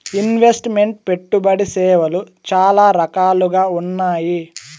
invest meant పెట్టుబడి సేవలు చాలా రకాలుగా ఉన్నాయి